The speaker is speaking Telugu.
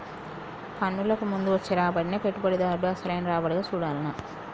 పన్నులకు ముందు వచ్చే రాబడినే పెట్టుబడిదారుడు అసలైన రాబడిగా చూడాల్ల